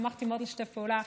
שמחתי מאוד לשתף פעולה,